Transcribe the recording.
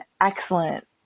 excellent